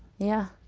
yeah,